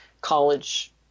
college